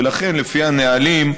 ולכן, לפי הנהלים,